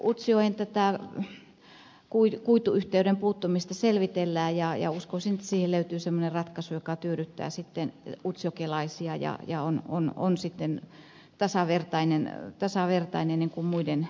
utsjoen kuituyhteyden puuttumista selvitellään ja uskoisin että siihen löytyy semmoinen ratkaisu joka tyydyttää utsjokelaisia ja on sitten tasavertainen muiden kanssa